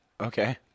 Okay